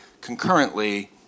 concurrently